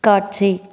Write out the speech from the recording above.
காட்சி